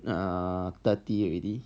err thirty already